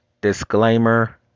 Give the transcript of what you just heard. Disclaimer